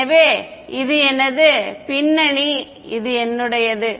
எனவே இது எனது பின்னணி இது என்னுடையது